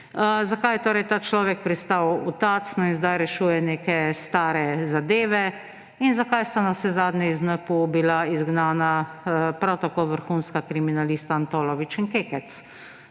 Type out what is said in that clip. Zakaj je torej ta človek pristal v Tacnu in zdaj rešuje neke stare zadeve? In zakaj sta navsezadnje iz NPU bila izgnana prav tako vrhunska kriminalista Antolovič in Kekec?